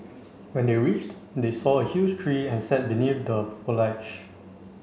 when they reached they saw a huge tree and sat beneath the foliage